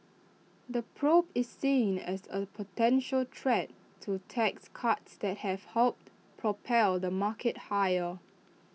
the probe is seen as A potential threat to tax cuts that have helped propel the market higher